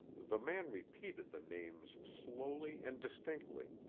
the man repeated the names slowly and distinctly,